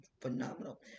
phenomenal